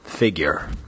figure